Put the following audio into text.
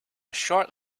short